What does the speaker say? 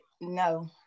no